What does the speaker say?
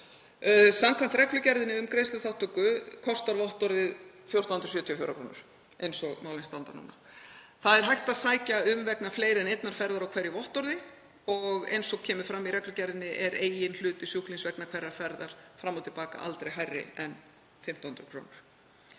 Samkvæmt reglugerð um greiðsluþátttöku kostar vottorðið 1.474 kr. eins og málin standa. Hægt er að sækja um vegna fleiri en einnar ferðar á hverju vottorði og eins og kemur fram í reglugerðinni er eigin hluti sjúklings vegna hverrar ferðar fram og til baka aldrei hærri en 1.500 kr.